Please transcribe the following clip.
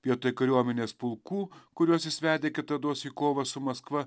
vietoj kariuomenės pulkų kuriuos jis vedė kitados į kovą su maskva